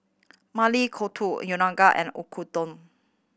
Maili Kofta Unagi and Oyakodon